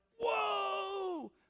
whoa